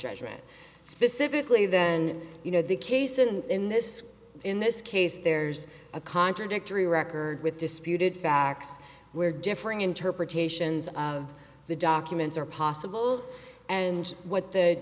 judgment specifically then you know the case and in this in this case there's a contradictory record with disputed facts where differing interpretations of the documents are possible and what the